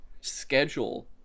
schedule